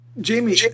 Jamie